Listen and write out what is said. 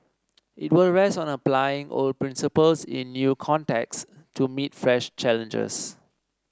it will rest on applying old principles in new contexts to meet fresh challenges